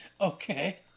Okay